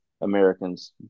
Americans